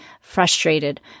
frustrated